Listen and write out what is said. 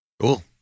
cool